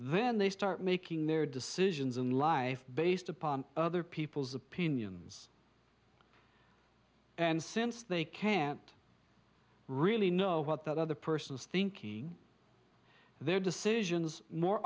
then they start making their decisions in life based upon other people's opinions and since they can't really know what that other person is thinking their decisions more